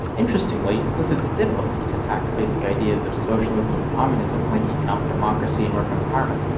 interestingly, since it's difficult to attack the basic ideas of socialism and communism, like economic democracy and worker empowerment,